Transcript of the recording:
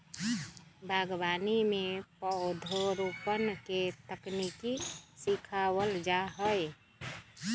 बागवानी में पौधरोपण के तकनीक सिखावल जा हई